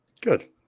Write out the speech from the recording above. Good